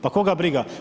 Pa koga briga?